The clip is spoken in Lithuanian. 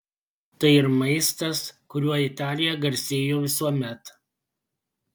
tai ir maistas kuriuo italija garsėjo visuomet